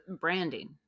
branding